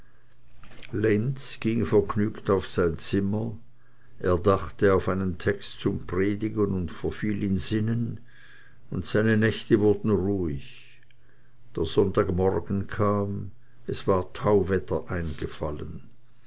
lenz ging vergnügt auf sein zimmer er dachte auf einen text zum predigen und verfiel in sinnen und seine nächte wurden ruhig der sonntagmorgen kam es war tauwetter eingefallen